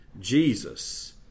Jesus